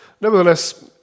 Nevertheless